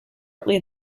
shortly